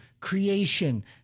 creation